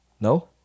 No